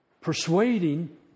persuading